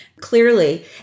clearly